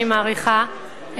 אני מעריכה,